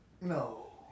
No